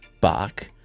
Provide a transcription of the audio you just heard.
Bach